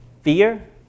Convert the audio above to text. fear